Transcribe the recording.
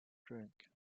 drink